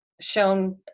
shown